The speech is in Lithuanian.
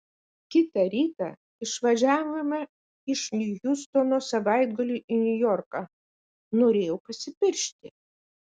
kitą rytą išvažiavome iš hjustono savaitgaliui į niujorką norėjau pasipiršti